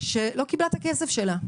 שלא קיבלו את הכסף שלהם